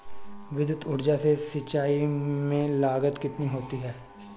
विद्युत ऊर्जा से सिंचाई में लागत कितनी होती है?